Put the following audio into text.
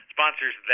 Sponsors